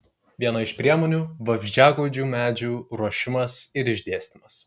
viena iš priemonių vabzdžiagaudžių medžių ruošimas ir išdėstymas